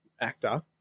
actor